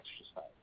exercise